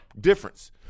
difference